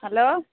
hello